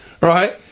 Right